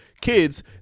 Kids